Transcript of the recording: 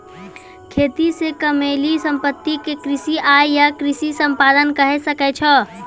खेती से कमैलो संपत्ति क कृषि आय या कृषि संपदा कहे सकै छो